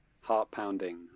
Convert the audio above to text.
heart-pounding